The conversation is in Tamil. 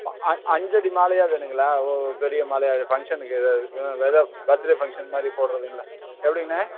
ஆ அஞ் அஞ்சடி மாலையா வேணுங்களா ஓ ஓ பெரிய மாலையா ஃபங்ஷனுக்கு ஏதாவது ஏதாவது பர்த்டே ஃபங்ஷன் மாதிரி போடுறதுங்களா எப்படிண்ணே